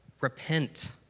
Repent